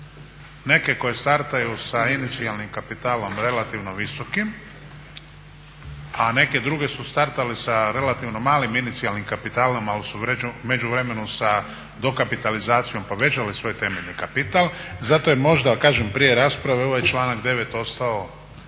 neke koje startaju sa inicijalnim kapitalom relativno visokim, a neke druge su startale sa relativno malim inicijalnim kapitalom, ali su u međuvremenu sa dokapitalizacijom povećali svoj temeljni kapital. Zato je možda kažem prije rasprave ovaj članak 9. ostao